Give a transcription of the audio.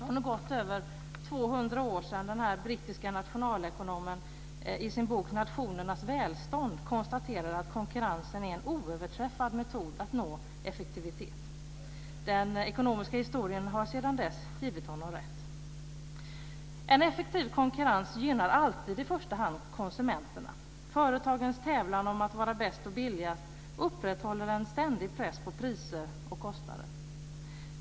Det har nu gått över 200 år sedan den här brittiska nationalekonomen i sin bok Nationernas välstånd konstaterade att konkurrensen är en oöverträffad metod att nå effektivitet. Den ekonomiska historien har sedan dess givit honom rätt. En effektiv konkurrens gynnar alltid i första hand konsumenterna. Företagens tävlan om att vara bäst och billigast upprätthåller en ständig press på priser och kostnader.